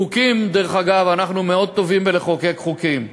חוקים, דרך אגב, אנחנו מאוד טובים בלחוקק חוקים,